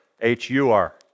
H-U-R